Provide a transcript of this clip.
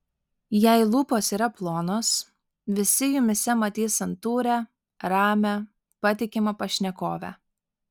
jei lūpos yra plonos visi jumyse matys santūrią ramią patikimą pašnekovę